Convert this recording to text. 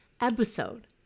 episode